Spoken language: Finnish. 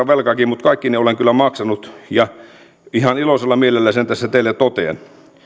velkaakin mutta kaikki ne olen kyllä maksanut ja ihan iloisella mielellä sen tässä teille totean